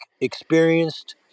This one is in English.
experienced